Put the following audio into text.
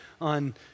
on